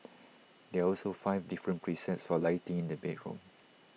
there are also five different presets for lighting in the bedroom